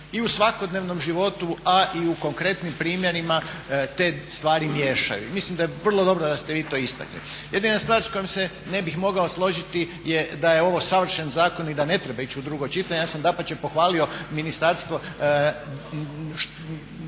i u svakodnevnom životu a i u konkretnim primjerima te stvari miješaju i mislim da je vrlo dobro da ste vi to istakli. Jedina stvar s kojom se ne bih mogao složiti da je ovo savršen zakon i da ne treba ići u drugo čitanje. Ja sam dapače pohvalio ministarstvo